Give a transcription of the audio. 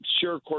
Sure